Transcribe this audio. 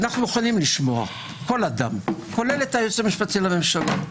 אנחנו מוכנים לשמוע כל אדם כולל את היועץ המשפטי לממשלה.